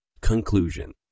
Conclusion